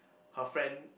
her friend